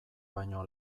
baino